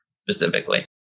specifically